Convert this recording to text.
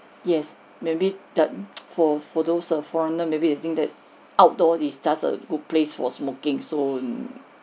yes maybe that for for those err foreigner maybe they think that outdoor is just a good place for smoking so